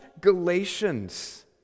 Galatians